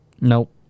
Nope